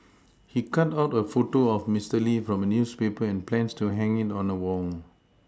he cut out a photo of Mister Lee from a newspaper and plans to hang it on a Wall